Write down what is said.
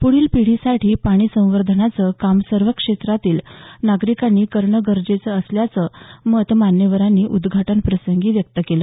पुढील पिढीसाठी पाणी संवर्धनाचं काम सर्वच क्षेत्रातल्या नागरिकांनी करणं गरजेचं असल्याचं मत मान्यवरांनी उद्घाटन प्रसंगी व्यक्त केलं